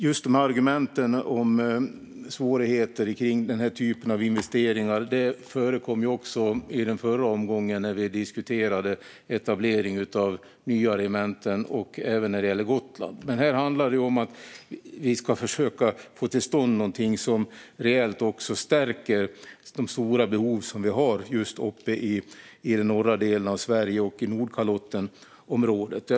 Just argumenten om svårigheter kring denna typ av investeringar förekom också i den förra omgången när vi diskuterade etablering av nya regementen och även när det gäller Gotland. Men här handlar det om att vi ska försöka få till stånd någonting som reellt också stärker när det gäller de stora behov som vi har just uppe i den norra delen av Sverige och i Nordkalottenområdet.